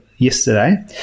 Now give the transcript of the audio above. yesterday